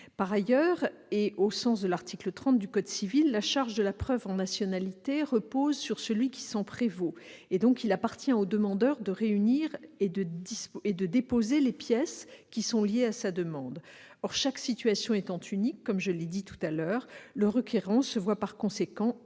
Par ailleurs, au sens de l'article 30 du code civil, la charge de la preuve en matière de nationalité repose sur celui qui s'en prévaut. Il appartient donc au demandeur de réunir et de déposer les pièces qui sont liées à sa demande. Chaque situation étant unique, je le répète, le requérant se voit par conséquent chargé